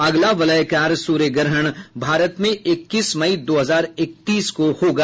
अगला वलयाकार सूर्य ग्रहण भारत में इक्कीस मई दो हजार इकतीस को होगा